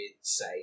say